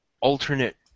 alternate